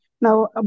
Now